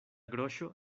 groŝo